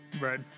Right